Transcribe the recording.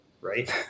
right